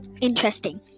interesting